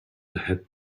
het